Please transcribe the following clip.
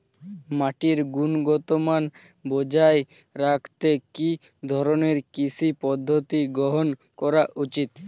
মাটির গুনগতমান বজায় রাখতে কি ধরনের কৃষি পদ্ধতি গ্রহন করা উচিৎ?